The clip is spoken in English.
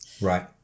Right